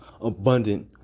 abundant